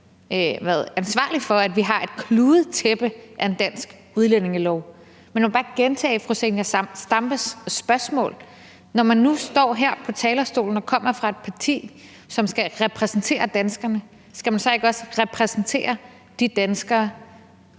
været ansvarlig for, at vi har et kludetæppe af en dansk udlændingelov. Men jeg vil bare gentage fru Zenia Stampes spørgsmål. Når nu man står her på talerstolen og kommer fra et parti, som skal repræsentere danskerne, skal man så ikke også repræsentere de danskere,